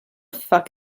fuck